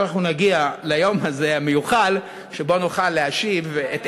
אנחנו נגיע ליום המיוחל הזה שבו נוכל להשיב את ערכו,